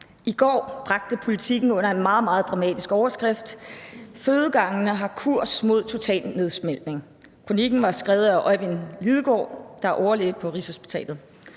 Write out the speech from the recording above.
I går bragte Politiken en kronik under en meget, meget dramatisk overskrift: »Fødegangene har kurs mod total nedsmeltning«. Den var skrevet af Øjvind Lidegaard, der er overlæge på Rigshospitalet.